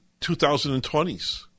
2020s